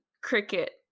Cricket